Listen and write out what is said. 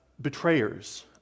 betrayers